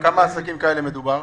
בכמה עסקים כאלה מדובר?